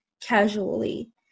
casually